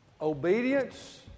Obedience